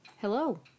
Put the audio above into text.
Hello